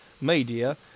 Media